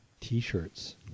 t-shirts